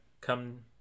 come